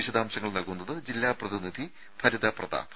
വിശദാംശങ്ങൾ നൽകുന്നത് ജില്ലാ പ്രതിനിധി ഭരിത പ്രതാപ്